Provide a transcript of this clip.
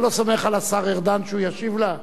אתה לא סומך על השר ארדן שהוא ישיב לה?